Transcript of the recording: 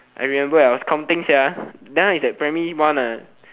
I remember I was counting sia that one was like primary one ah